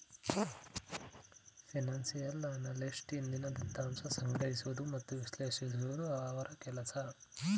financial analyst ಹಿಂದಿನ ದತ್ತಾಂಶ ಸಂಗ್ರಹಿಸುವುದು ಮತ್ತು ವಿಶ್ಲೇಷಿಸುವುದು ಅವರ ಕೆಲಸ